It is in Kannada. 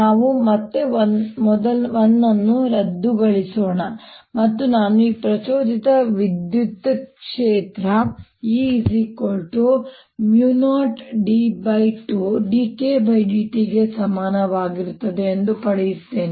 ನಾವು ಮತ್ತೆ 1 ಅನ್ನು ರದ್ದುಗೊಳಿಸೋಣ ಮತ್ತು ನಾನು ಈ ಪ್ರಚೋದಿತ ವಿದ್ಯುತ್ ಕ್ಷೇತ್ರ E0d2dKdt ಗೆ ಸಮನಾಗಿರುತ್ತದೆ ಎಂದು ಪಡೆಯುತ್ತೇನೆ